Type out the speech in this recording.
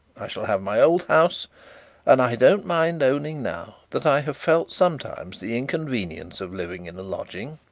i shall have my old house and i don't mind owning now that i have felt sometimes the inconvenience of living in a lodging.